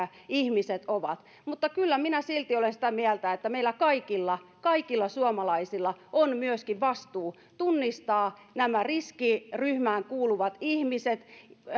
ihmiset ovat mutta kyllä minä silti olen sitä mieltä että meillä kaikilla kaikilla suomalaisilla on myöskin vastuu tunnistaa nämä riskiryhmään kuuluvat ihmiset